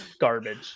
garbage